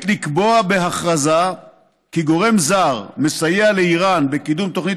לקבוע בהכרזה כי גורם זר מסייע לאיראן בקידום תוכנית